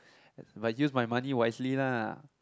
but use my money wisely lah